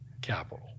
capital